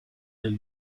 del